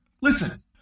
Listen